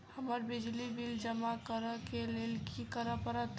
हमरा बिजली बिल जमा करऽ केँ लेल की करऽ पड़त?